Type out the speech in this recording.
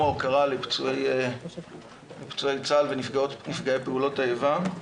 ההוקרה לפצועי צה"ל ונפגעות ונפגעי פעולות האיבה.